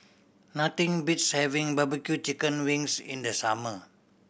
nothing beats having barbecue chicken wings in the summer